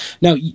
Now